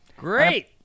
Great